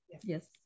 Yes